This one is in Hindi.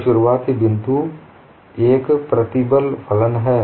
तो शुरुआती बिंदु एक प्रतिबल फलन है